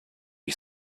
you